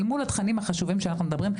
אל מול התכנים החשובים שאנחנו מדברים,